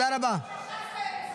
--- סכנה קיומית.